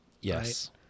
Yes